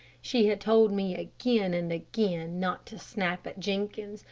she had told me again and again not to snap at jenkins,